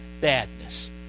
badness